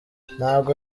ntabwo